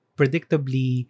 predictably